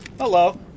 Hello